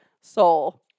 soul